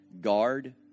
guard